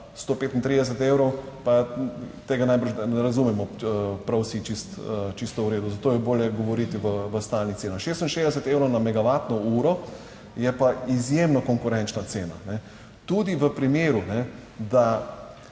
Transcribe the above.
135 evrov, pa tega najbrž ne razumemo prav vsi čisto, čisto v redu. Zato je bolje govoriti v stalnih cenah. 66 evrov na megavatno uro, je pa izjemno konkurenčna cena tudi v primeru, da